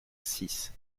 six